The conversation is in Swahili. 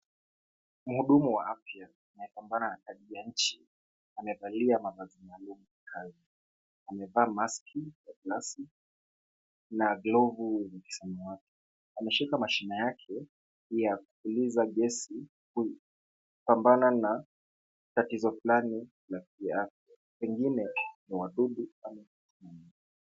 Mhudumu wa afya anapambana na kazi ya nchi. Amevalia mavazi maalum ya kazi. Amevaa maski ya glasi na glovu za samawati. Ameshika mashine yake ya kupuliza gesi kupambana na tatizo fulani la kiafya, pengine ni wadudu ama kitu ingine.